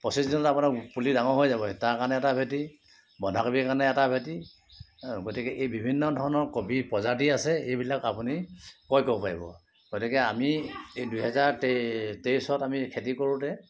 পঁচিছ দিনত আপোনাৰ পুলি ডাঙৰ হৈ যাব তাৰ কাৰণে এটা ভেঁটি বন্ধাকবি কাৰণে এটা ভেঁটি গতিকে এই বিভিন্ন ধৰণৰ কবি প্ৰজাতি আছে এইবিলাক আপুনি ক্ৰয় কৰিব পাৰিব গতিকে আমি দুহেজা তে তেইছত আমি খেতি কৰোঁতে